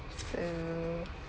uh